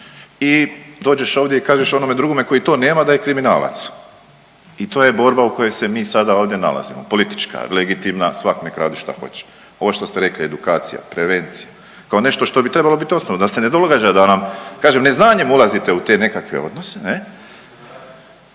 i dođeš ovdje i kažeš onome drugome koji to nema da je kriminalac. I to je borba u kojoj se mi sada ovdje nalazimo politička, legitimna, svatko nek' radi šta hoće. Ovo što ste rekli edukacija, prevencija, kao nešto što bi trebalo biti osnovno, da se ne događa da nam, kažem neznanjem ulazite u te nekakve odnose,